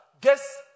guess